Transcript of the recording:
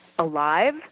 alive